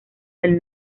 del